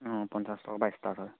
অঁ পঞ্চাছ টকা বাইছ টকা হয়